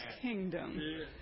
kingdom